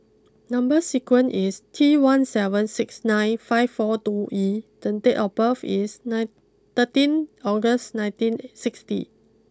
number sequence is T one seven six nine five four two E then date of birth is nine thirteen August nineteen sixty